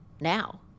now